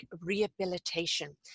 rehabilitation